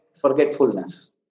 forgetfulness